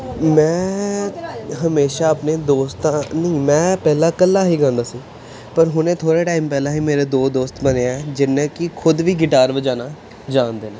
ਮੈਂ ਹਮੇਸ਼ਾ ਆਪਣੇ ਦੋਸਤਾਂ ਨਹੀਂ ਮੈਂ ਪਹਿਲਾਂ ਇਕੱਲਾ ਹੀ ਗਾਉਂਦਾ ਸੀ ਪਰ ਹੁਣੇ ਥੋੜ੍ਹਾ ਟਾਈਮ ਪਹਿਲਾਂ ਹੀ ਮੇਰੇ ਦੋ ਦੋਸਤ ਬਣੇ ਹੈ ਜਿੰਨੇ ਕਿ ਖੁਦ ਵੀ ਗਿਟਾਰ ਵਜਾਉਣਾ ਜਾਣਦੇ ਨੇ